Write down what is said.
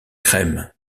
crème